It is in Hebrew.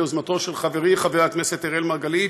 ביוזמתו של חברי חבר הכנסת אראל מרגלית,